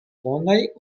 bonaj